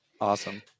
Awesome